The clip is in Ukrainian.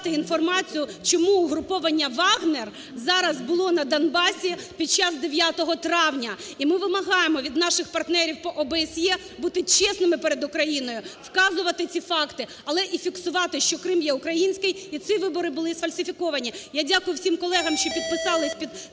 дякую всім колегам, що підписались під цією